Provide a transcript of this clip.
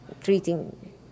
treating